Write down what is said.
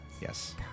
Yes